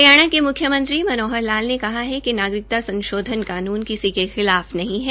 हरियाणा के म्ख्यमंत्री मनोहर लाल ने कहा है कि नागरिकता संशोधन कानून किसी के खिलाफ नहीं है